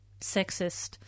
sexist